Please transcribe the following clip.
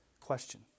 question